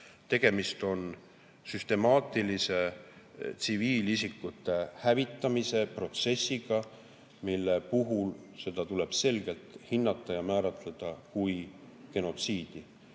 Tegemist on süstemaatilise tsiviilisikute hävitamise protsessiga, mida tuleb selgelt hinnata ja määratleda kui genotsiidi.